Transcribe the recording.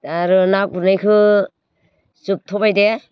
दा आरो ना गुरनायखो जोबथ'बाय दे